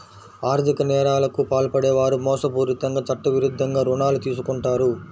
ఆర్ధిక నేరాలకు పాల్పడే వారు మోసపూరితంగా చట్టవిరుద్ధంగా రుణాలు తీసుకుంటారు